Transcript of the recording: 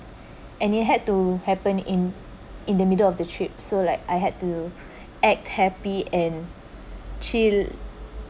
and it had to happen in in the middle of the trip so like I had to act happy and chill